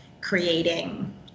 creating